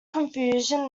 confusion